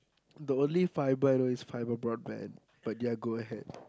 the only fiber I know is fiber broadband but ya go ahead